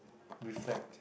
reflect